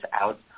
out